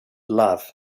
love